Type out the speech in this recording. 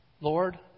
Lord